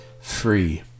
free